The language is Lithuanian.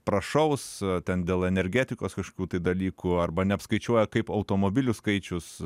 prašaus ten dėl energetikos kažkokių tai dalykų arba neapskaičiuoja kaip automobilių skaičius